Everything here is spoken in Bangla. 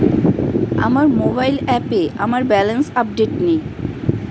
আমার মোবাইল অ্যাপে আমার ব্যালেন্স আপডেটেড নেই